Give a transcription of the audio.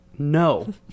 No